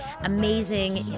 amazing